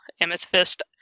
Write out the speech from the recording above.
Amethyst